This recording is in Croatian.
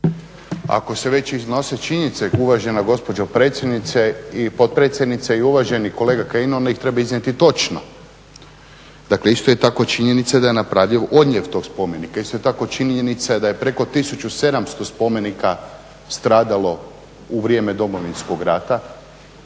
Ako se već iznose činjenice, uvažena gospođo potpredsjednice i uvaženi kolega Kajin, onda ih treba iznijeti točno. Dakle, isto je tako činjenica da je napravljen odljev tog spomenika. Isto je tako činjenica da je preko 1700 spomenika stradalo u vrijeme domovinskog rata.